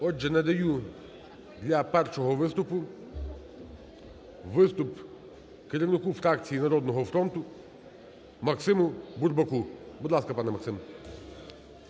Отже, надаю для першого виступу, виступ керівнику фракції "Народного фронту" Максиму Бурбаку. Будь ласка, пане Максим.